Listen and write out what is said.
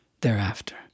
thereafter